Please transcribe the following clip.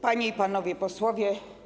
Panie i Panowie Posłowie!